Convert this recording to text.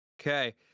Okay